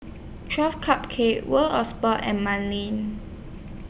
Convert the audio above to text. twelve Cupcakes World of Sports and Manning